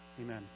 Amen